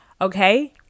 Okay